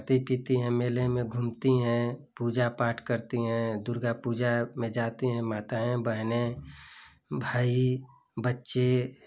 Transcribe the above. खाती पीती हैं मेले में घूमती हैं पूजा पाठ करती हैं दुर्गा पूजा में जाती हैं माताएँ बहनें भाई बच्चे